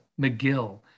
McGill